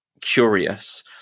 curious